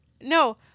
No